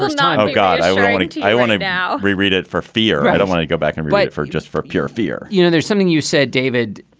but time. oh, god. i want to i want to now reread it for fear. i don't want to go back and write for just for pure fear you know, there's something you said, david.